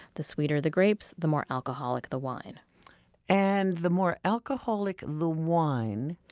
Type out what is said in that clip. the sweeter the grapes, the more alcoholic the wine and the more alcoholic the wine?